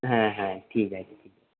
হ্যাঁ হ্যাঁ ঠিক আছে ঠিক আছে